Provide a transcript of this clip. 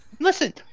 listen